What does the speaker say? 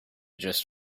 just